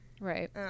Right